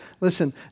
Listen